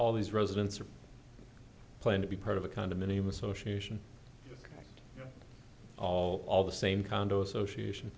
all these residents are playing to be part of a condominium association all of the same condo association